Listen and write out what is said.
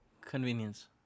Convenience